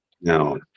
No